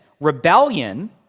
Rebellion